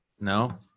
no